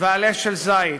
ועלה של זית.